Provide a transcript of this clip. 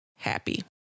happy